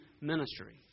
ministry